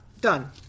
done